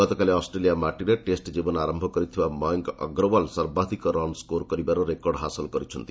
ଗତକାଲି ଅଷ୍ଟ୍ରେଲିଆ ମାଟିରେ ଟେଷ୍ ଜୀବନ ଆରମ୍ଭ କରି ମୟଙ୍କ ଅଗ୍ରୱାଲ ସର୍ବାଧିକ ରନ୍ ସ୍କୋର୍ କରିବାର ରେକର୍ଡ ହାସଲ କରିଛନ୍ତି